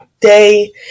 day